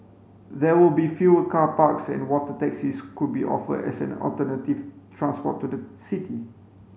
there will be fewer car parks and water taxis could be offered as an alternative transport to the city